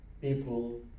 people